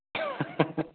हॅं हॅं हॅं